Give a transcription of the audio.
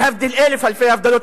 להבדיל אלף אלפי הבדלות,